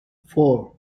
four